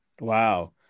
Wow